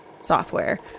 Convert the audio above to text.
software